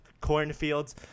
cornfields